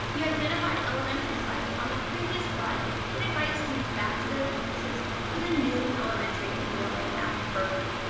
the identified elementary sites on the previous slide would invite students back to their campuses for the new elementary in ela math program.